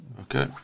Okay